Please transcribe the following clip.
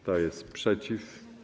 Kto jest przeciw?